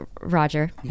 Roger